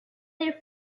dir